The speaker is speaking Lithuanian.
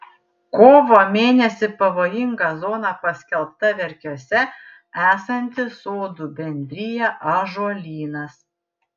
kovo mėnesį pavojinga zona paskelbta verkiuose esanti sodų bendrija ąžuolynas